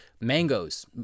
mangoes